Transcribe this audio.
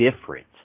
different